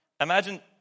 imagine